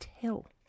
tell